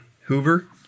Hoover